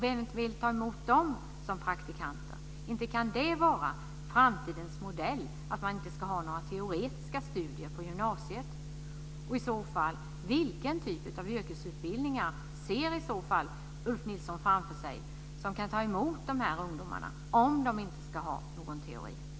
Vem vill ta emot dem som praktikanter? Inte kan det vara framtidens modell att det inte ska bedrivas några teoretiska studier på gymnasiet? Vilken typ av yrkesutbildningar tror Ulf Nilsson kan ta emot de ungdomar som inte har bedrivit några teoretiska studier?